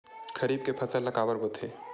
खरीफ के फसल ला काबर बोथे?